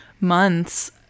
months